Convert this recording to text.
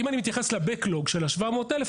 אם אני מתייחס לבק-לוג של ה-700,000,